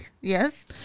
Yes